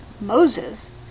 Moses